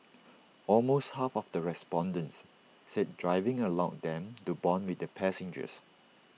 almost half of the respondents said driving allowed them to Bond with their passengers